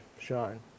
shine